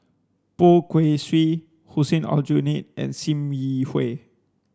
Poh Kay Swee Hussein Aljunied and Sim Yi Hui